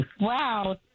Wow